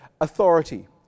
authority